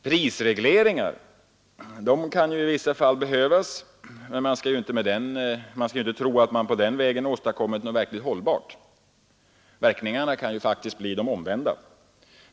Prisregleringar kan i vissa fall behövas, men man skall inte tro att man med dem åstadkommer något verkligt hållbart. Verkningarna kan bli de omvända.